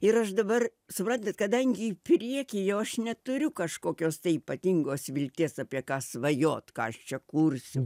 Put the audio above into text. ir aš dabar suprantat kadangi į priekį jau aš neturiu kažkokios ypatingos vilties apie ką svajot ką aš čia kursiu